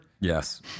Yes